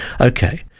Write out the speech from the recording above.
Okay